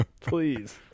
Please